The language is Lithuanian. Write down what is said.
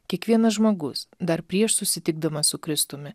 kiekvienas žmogus dar prieš susitikdamas su kristumi